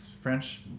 French